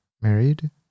married